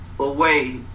away